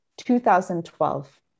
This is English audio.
2012